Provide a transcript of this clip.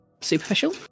superficial